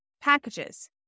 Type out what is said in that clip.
packages